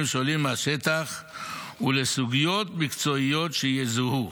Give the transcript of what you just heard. שעולים מהשטח ולסוגיות מקצועיות שיזוהו,